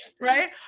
Right